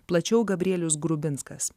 plačiau gabrielius grubinskas